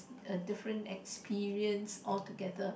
a different experience all together